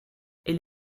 elle